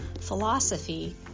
philosophy